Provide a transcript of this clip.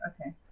okay